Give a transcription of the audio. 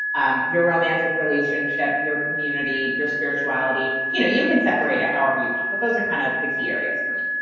um your romantic relationship, your community, your spirituality you know you can separate it however you want, but those are kind of the key areas for me.